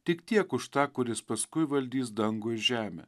tik tiek už tą kuris paskui valdys dangų i žemę